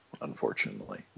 unfortunately